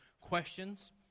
questions